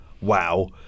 wow